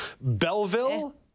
Belleville